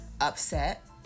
upset